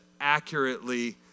accurately